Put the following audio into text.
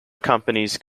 accompanies